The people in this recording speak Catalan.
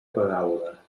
paraula